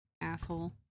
asshole